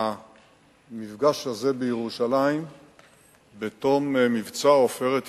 את המפגש הזה בירושלים בתום מבצע "עופרת יצוקה".